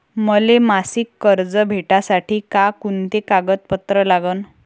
मले मासिक कर्ज भेटासाठी का कुंते कागदपत्र लागन?